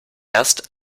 erst